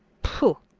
pooh,